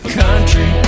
country